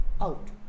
out